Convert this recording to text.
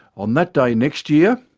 on that day next year,